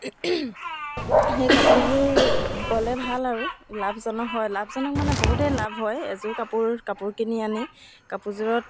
সেই কাপোৰযোৰ বলে ভাল আৰু লাভজনক হয় লাভজনক মানে বহুতেই লাভ হয় এযোৰ কাপোৰ কাপোৰ কিনি আনি কাপোৰযোৰত